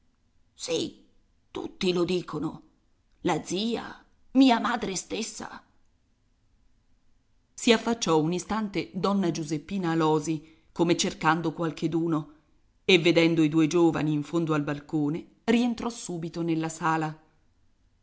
sì tutti lo dicono la zia mia madre stessa si affacciò un istante donna giuseppina alòsi come cercando qualcheduno e vedendo i due giovani in fondo al balcone rientrò subito nella sala